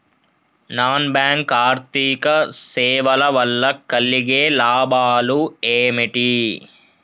Non bank ఆర్థిక సేవల వల్ల కలిగే లాభాలు ఏమిటి?